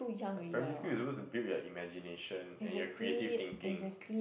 um primary you're supposed to build your imagination and your creative thinking